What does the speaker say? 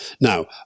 Now